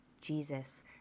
Jesus